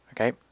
okay